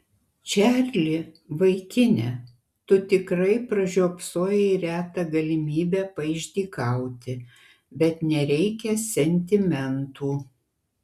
čarli vaikine tu tikrai pražiopsojai retą galimybę paišdykauti bet nereikia sentimentų